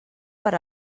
per